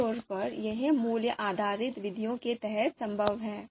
आमतौर पर यह मूल्य आधारित विधियों के तहत संभव है